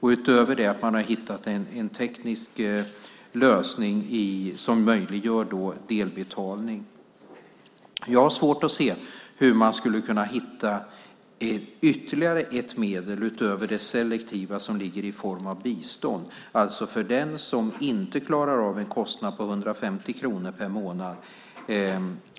Utöver det har man hittat en teknisk lösning som möjliggör delbetalning. Jag har svårt att se hur man skulle kunna hitta ett medel utöver det selektiva vi har i form av bistånd - något för den som inte klarar av en kostnad på 150 kronor per månad.